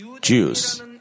Jews